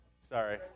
Sorry